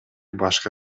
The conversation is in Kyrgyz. башкы